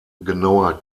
genauer